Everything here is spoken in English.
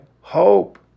hope